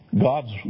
God's